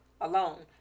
alone